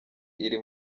iri